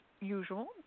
usual